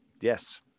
yes